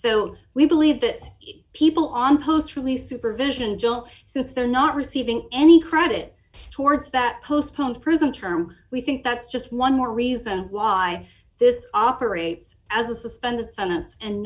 so we believe that people on post really supervision so if they're not receiving any credit towards that postponed prison term we think that's just one more reason why this operates as a suspended sentence and